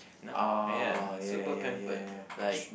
you know ya super pampered like